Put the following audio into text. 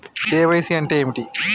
KYC అంటే ఏమిటి?